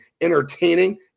entertaining